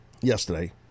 yesterday